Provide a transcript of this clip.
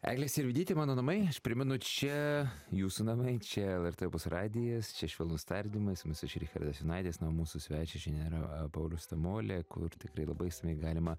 eglė sirvydytė mano namai aš primenu čia jūsų namai čia lrt opus radijas čia švelnūs tardymai su jumis aš richardas jonaitis na o mūsų svečias šiandien yra paulius tamolė kur tikrai labai išsamiai galima